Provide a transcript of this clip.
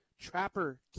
trapper